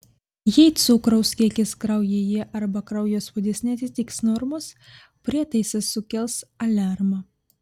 jei cukraus kiekis kraujyje arba kraujospūdis neatitiks normos prietaisas sukels aliarmą